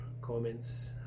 comments